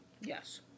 Yes